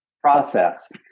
process